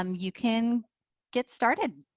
um you can get started.